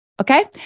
okay